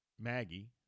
Maggie